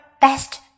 best